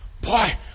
Boy